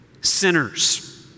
sinners